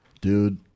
Dude